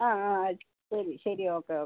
ആ ആ ശരി ശരി ഓക്കെ ഓക്